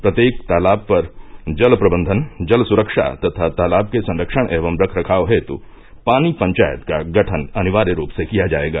प्रत्येक तालाब पर जलप्रबंधन जल सुरक्षा तथा तालाब के संरक्षण एवं रख रखाव हेत पानी पंचायत का गठन अनिवार्य रूप से किया जायेगा